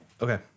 Okay